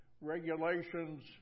regulations